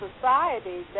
society